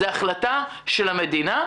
זו החלטה של המדינה,